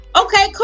Okay